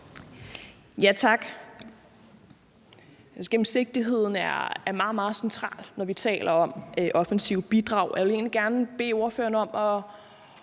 Tak. Gennemsigtighed er meget, meget centralt, når vi taler om offensive bidrag. Jeg vil egentlig gerne bede ordføreren om at